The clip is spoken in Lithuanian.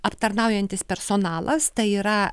aptarnaujantis personalas tai yra